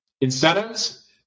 incentives